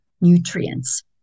nutrients